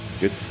good